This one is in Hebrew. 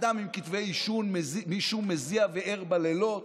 אדם עם כתבי אישום מזיע וער בלילות,